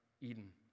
Eden